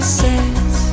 says